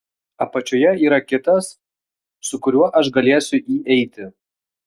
apačioje yra kitas su kuriuo aš galėsiu įeiti